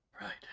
Right